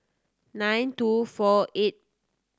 nine two four eighth